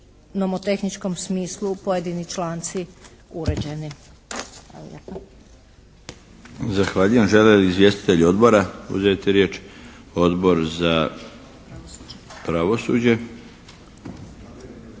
u nomotehničkom smislu pojedini članci uređeni.